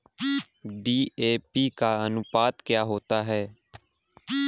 DAP का अनुपात क्या होता है?